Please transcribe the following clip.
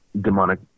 demonic